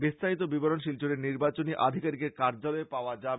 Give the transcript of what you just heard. বিস্তারিত বিবরন শিলচরে নির্বাচন আধিকারীকের কার্য্যলয়ে পাওয়া যাবে